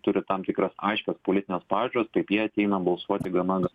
turi tam tikras aiškias politines pažiūras taip jie ateina balsuoti vienodas